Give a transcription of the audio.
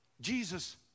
Jesus